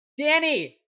Danny